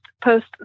post